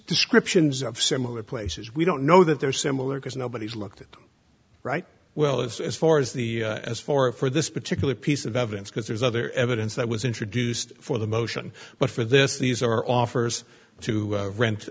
descriptions of similar places we don't know that they're similar because nobody's looked at right well as far as the as for a for this particular piece of evidence because there's other evidence that was introduced for the motion but for this these are offers to rent